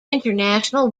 international